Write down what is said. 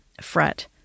fret